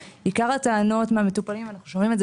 עיקר הטענות מהמטופלים אנחנו שומעים את זה